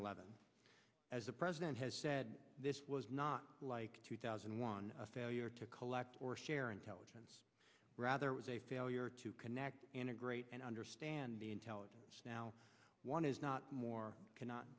eleven as the president has said this was not like two thousand and one a failure to collect or share intelligence rather it was a failure to connect integrate and understand the intelligence now one is not more cannot